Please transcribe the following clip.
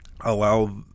allow